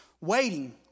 waiting